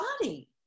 body